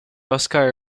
oscar